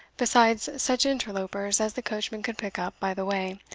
besides such interlopers as the coachman could pick up by the way,